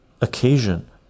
occasion